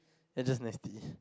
that's just nasty